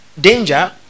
danger